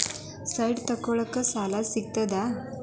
Site ತಗೋಳಿಕ್ಕೆ ಸಾಲಾ ಸಿಗ್ತದಾ?